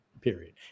period